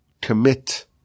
commit